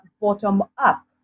bottom-up